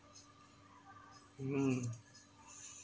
mm